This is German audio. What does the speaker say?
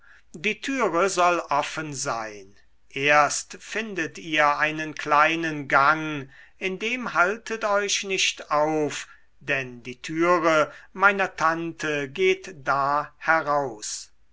die türe soll offen sein erst findet ihr einen kleinen gang in dem haltet euch nicht auf denn die türe meiner tante geht da heraus